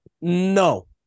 No